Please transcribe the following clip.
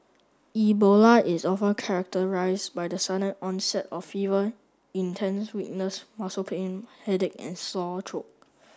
Ebola is often characterized by the sudden onset of fever intense weakness muscle pain headache and sore throat